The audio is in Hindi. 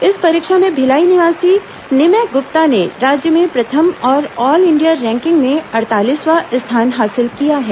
इस परीक्षा में भिलाई निवासी निमय गुप्ता ने राज्य में प्रथम और ऑल इंडिया रैंकिंग में अड़तालीसवां स्थान हासिल किया है